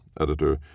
Editor